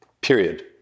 Period